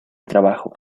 trabajo